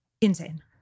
insane